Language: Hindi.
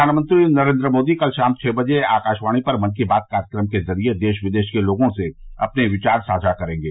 प्रधानमंत्री नरेन्द्र मोदी कल शाम छः बजे आकाशवाणी पर मन की बात कार्यक्रम के जरिए देश विदेश के लोगों से अपने विचार साझा करेंगे